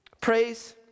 praise